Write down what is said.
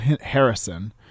Harrison